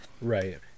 right